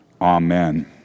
Amen